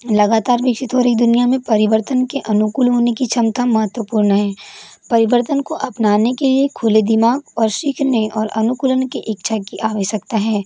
लगातार विकसित हो रही दुनिया में परिवर्तन के अनुकूल होने की क्षमता महत्वपूर्ण हैं परिवर्तन को अपनाने के लिए खुले दिमाग और सीखने और अनुकूलन के इच्छा की आवश्यकता है